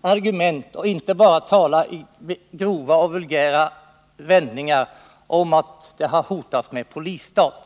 argument och inte bara tala i grova och vulgära vändningar om att det har hotats med en polisstat.